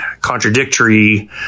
contradictory